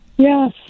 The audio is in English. Yes